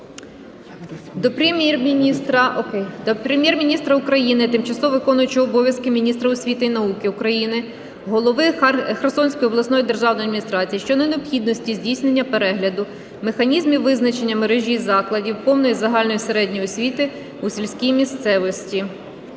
до Прем'єр-міністра України, тимчасово виконуючого обов'язки міністра освіти і науки України, голови Херсонської обласної державної адміністрації щодо необхідності здійснення перегляду механізмів визначення мережі закладів повної загальної середньої освіти у сільській місцевості.